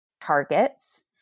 targets